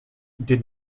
did